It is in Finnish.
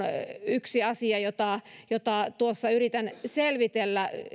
yksi asia jota jota tuossa yritän selvitellä